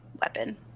weapon